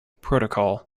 protocol